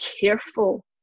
careful